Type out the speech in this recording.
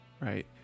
right